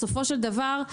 בסופו של דבר,